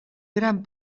gran